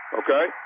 okay